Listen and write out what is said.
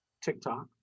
TikTok